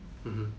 mmhmm